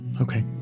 okay